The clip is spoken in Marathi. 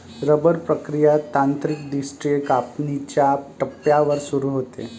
रबर प्रक्रिया तांत्रिकदृष्ट्या कापणीच्या टप्प्यावर सुरू होते